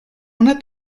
una